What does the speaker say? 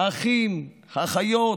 אחים, אחיות,